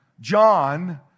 John